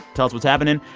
tell us what's happening.